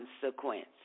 consequence